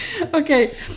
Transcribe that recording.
Okay